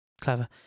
clever